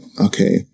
okay